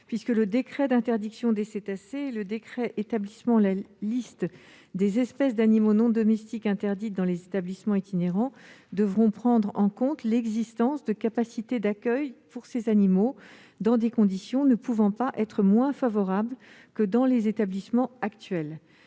effet, le décret d'interdiction des cétacés et celui établissant la liste des espèces d'animaux non domestiques interdites dans les établissements itinérants devront prendre en compte l'existence de capacités d'accueil des animaux dans des conditions qui ne peuvent pas être moins favorables que dans les établissements de